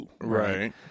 Right